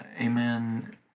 Amen